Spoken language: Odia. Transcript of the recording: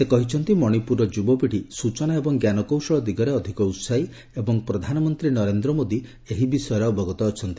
ସେ କହିଛନ୍ତି ମଣିପୁରର ଯୁବପିଢ଼ି ସୂଚନା ଏବଂ ଜ୍ଞାନକୌଶଳ ଦିଗରେ ଅଧିକ ଉତ୍ସାହୀ ଏବଂ ପ୍ରଧାନମନ୍ତ୍ରୀ ନରେନ୍ଦ୍ର ମୋଦି ଏହି ବିଷୟରେ ଅବଗତ ଅଛନ୍ତି